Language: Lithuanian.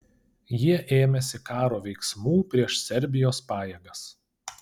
jie ėmėsi karo veiksmų prieš serbijos pajėgas